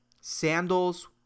sandals